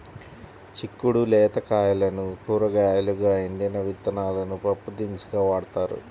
చిక్కుడు లేత కాయలను కూరగాయలుగా, ఎండిన విత్తనాలను పప్పుదినుసులుగా వాడతారు